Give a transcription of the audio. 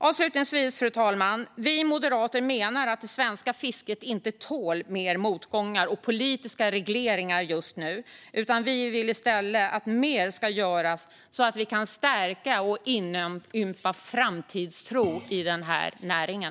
Avslutningsvis, fru talman: Vi moderater menar att det svenska fisket inte tål mer av motgångar och politiska regleringar just nu. Vi vill i stället att mer ska göras för att stärka och inympa framtidstro i den här näringen.